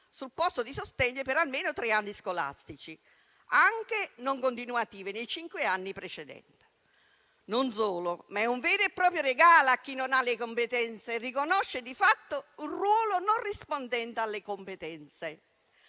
su posto di sostegno della durata di almeno tre anni scolastici, anche non continuativi, nei cinque anni precedenti. Non solo, ma è un vero e proprio regalo a chi non ha le competenze e riconosce di fatto un ruolo non rispondente alle competenze.